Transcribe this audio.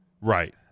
Right